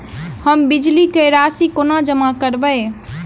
हम बिजली कऽ राशि कोना जमा करबै?